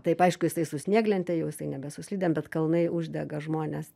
taip aišku jisai su snieglente jau jisai nebe su slidėm bet kalnai uždega žmonės